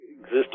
exist